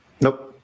Nope